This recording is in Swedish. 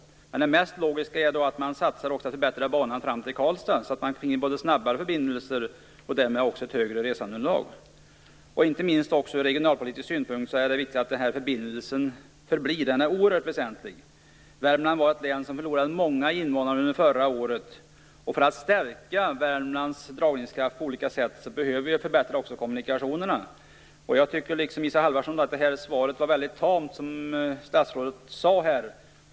Det mest logiska är att man då också satsar att förbättra banan fram till Karlstad så att man finge snabbare förbindelser och därmed också ett större resandeunderlag. Inte minst ur regionalpolitisk synpunkt är det viktigt att denna förbindelse blir kvar. Den är oerhört väsentlig. Värmland var ett län som förlorade många invånare under förra året. För att stärka Värmland dragningskraft på olika sätt behöver vi förbättra också kommunikationerna. Jag tycker liksom Isa Halvarsson att statsrådets svar var mycket tamt.